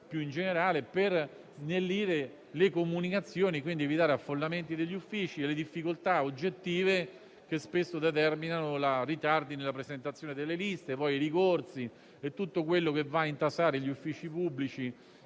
certificata, per snellire le comunicazioni, evitando gli affollamenti degli uffici, le difficoltà oggettive che spesso determinano ritardi nella presentazione delle liste, i ricorsi e tutto ciò che va a intasare gli uffici pubblici